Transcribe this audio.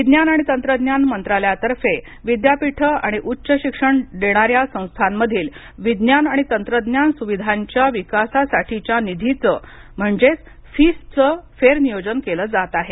विज्ञान आणि तंत्रज्ञान मंत्रालयातर्फे विद्यापीठं आणि उच्च शिक्षण देणाऱ्या संस्थांमधील विज्ञान आणि तंत्रज्ञान सुविधांच्या विकासासाठीच्या निधीचं म्हणजेच फिस्टचं फेरनियोजन केलं जात आहे